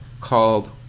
called